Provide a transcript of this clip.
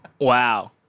Wow